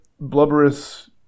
blubberous